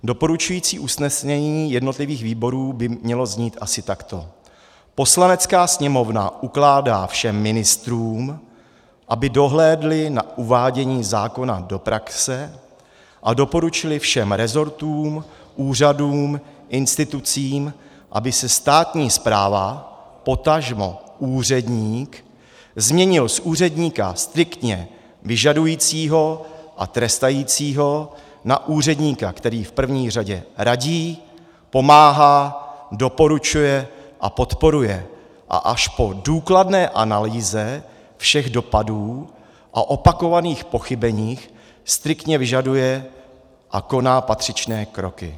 Doporučující jednotlivých výborů by mělo znít asi takto: Poslanecká sněmovna ukládá všem ministrům, aby dohlédli na uvádění zákona do praxe a doporučili všem resortům, úřadům, institucím, aby se státní správa, potažmo úředník změnil z úředníka striktně vyžadujícího a trestajícího na úředníka, který v první řadě radí, pomáhá, doporučuje a podporuje a až po důkladné analýze všech dopadů a opakovaných pochybeních striktně vyžaduje a koná patřičné kroky.